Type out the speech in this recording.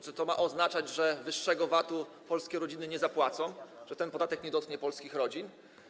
Czy to ma oznaczać, że wyższego VAT-u polskie rodziny nie zapłacą, że ten podatek nie dotknie polskich rodzin?